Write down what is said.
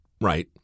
right